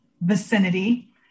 vicinity